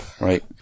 right